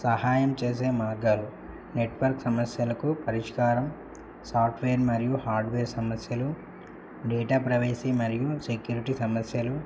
సహాయం చేసే మార్గాలు నెట్వర్క్ సమస్యలకు పరిష్కారం సాఫ్ట్వేర్ మరియు హార్డ్వేర్ సమస్యలు డేటా ప్రైవసీ మరియు సెక్యూరిటీ సమస్యలు